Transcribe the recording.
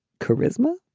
charisma.